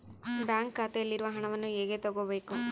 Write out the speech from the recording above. Bank ಖಾತೆಯಲ್ಲಿರುವ ಹಣವನ್ನು ಹೇಗೆ ತಗೋಬೇಕು?